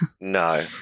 No